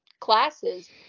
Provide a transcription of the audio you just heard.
classes